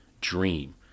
dream